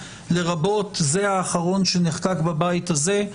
לרבות זה האחרון שנחקק בבית הזה,